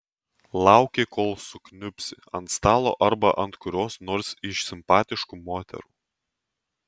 lauki kol sukniubsi ant stalo arba ant kurios nors iš simpatiškų moterų